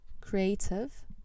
creative